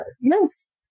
Yes